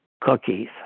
Cookies